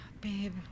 Babe